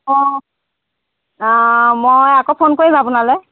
অঁ মই আকৌ ফোন কৰিম আপোনালৈ